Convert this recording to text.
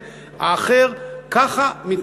פעם אחת מהצד הזה, האחר.